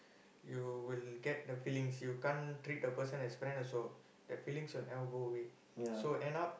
you will get the feelings you can't treat a person as friend also the feelings will never go away so end up